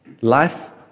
life